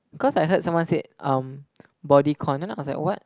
cause I heard someone said um bodycon then I was like what